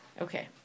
Okay